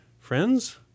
Friends